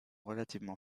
relativement